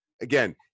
Again